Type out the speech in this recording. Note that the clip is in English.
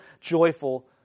joyful